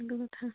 সেইটো কথা